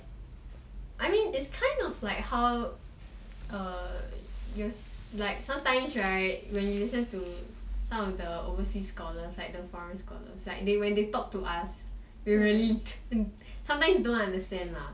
I mean it's kind of like how err sometimes right when you listen to some of the overseas scholars like the foreign scholars like when they talk to us we really sometimes don't understand lah